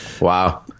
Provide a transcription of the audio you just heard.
wow